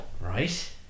Right